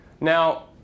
Now